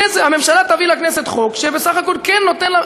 הממשלה תביא לכנסת חוק שבסך הכול כן נותן לה,